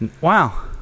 Wow